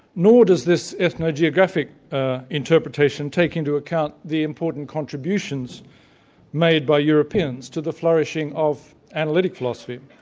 nor does this ethno-geographic ah interpretation take into account the important contributions made by europeans to the flourishing of analytic philosophy,